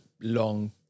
long